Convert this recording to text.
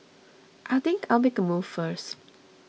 I think I'll make a move first